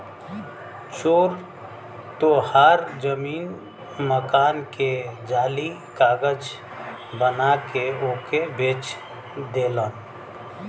चोर तोहार जमीन मकान के जाली कागज बना के ओके बेच देलन